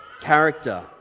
character